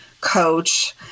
coach